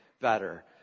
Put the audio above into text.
better